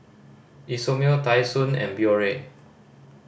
Isomil Tai Sun and Biore